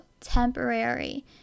temporary